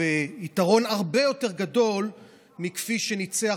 זה יתרון הרבה יותר גדול מזה שהיה כשניצח